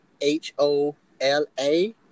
H-O-L-A